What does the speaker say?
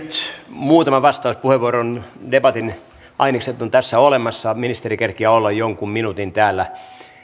muutaman vastauspuheenvuoron debatin ainekset on tässä olemassa ministeri kerkeää olla jonkun minuutin täällä